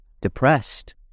depressed